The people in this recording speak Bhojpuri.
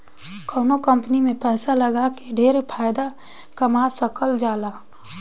कवनो कंपनी में पैसा लगा के ढेर फायदा कमा सकल जाला